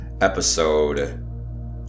episode